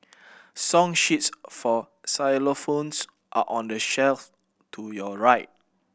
song sheets for xylophones are on the shelf to your right